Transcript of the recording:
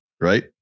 Right